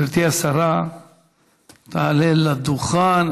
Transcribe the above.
גברתי השרה תעלה לדוכן.